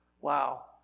Wow